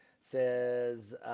says